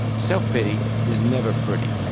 self-pity is never pretty.